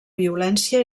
violència